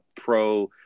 pro